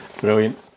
Brilliant